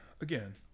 again